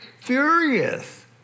furious